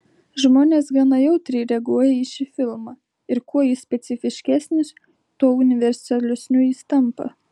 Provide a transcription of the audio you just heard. žmonės gana jautriai reaguoja į šį filmą ir kuo jis specifiškesnis tuo universalesniu tampa